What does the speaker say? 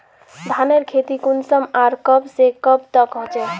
धानेर खेती कुंसम आर कब से कब तक होचे?